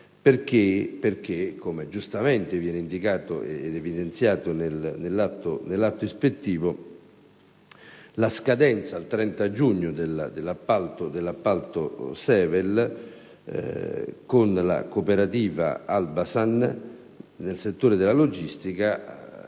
Come giustamente viene indicato ed evidenziato nell'atto ispettivo, la scadenza al 30 giugno dell'appalto Sevel con la cooperativa Albasan nel settore della logistica ha